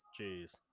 Jeez